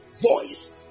voice